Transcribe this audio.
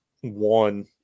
one